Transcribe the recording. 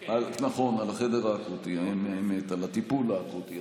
נכון, על החדר האקוטי, על הטיפול באקוטי.